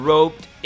Roped